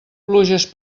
pluges